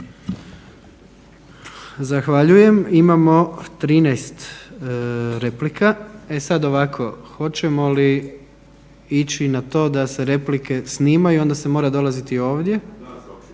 Zahvaljujem. Imamo 13 replika. E sad ovako, hoćemo li ići na to da se replike snimaju, onda se mora dolaziti ovdje? Dobro